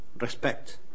respect